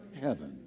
heaven